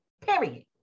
period